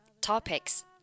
topics